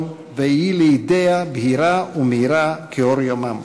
ויהי לאידיאה בהירה ומאירה כאור יומם".